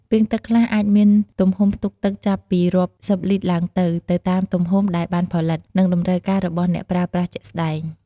ពាងទឹកខ្លះអាចមានទំហំផ្ទុកទឹកចាប់ពីរាប់សិបលីត្រឡើងទៅ ទៅតាមទំហំដែលបានផលិត និងតម្រូវការរបស់អ្នកប្រើប្រាស់ជាក់ស្តែង។